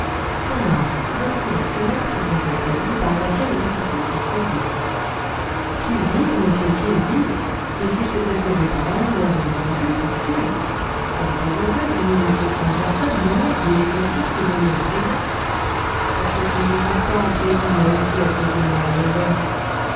voici la fenêtre dit rouletabille par laquelle l'assassin s'est sauvé qu'ils disent monsieur qu'ils disent mais s'il s'était sauvé par là nous l'aurions bien vu pour sûr sommes pas aveugles ni m stangerson ni moi ni les concierges qui z ont mis en prison pourquoi qui ne m'y mettent pas en prison moi aussi à cause de mon revolver